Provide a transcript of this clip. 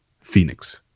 Phoenix